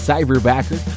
Cyberbacker